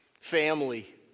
family